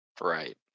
Right